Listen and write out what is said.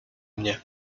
mnie